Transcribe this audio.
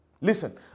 Listen